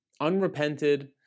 Unrepented